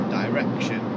direction